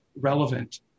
relevant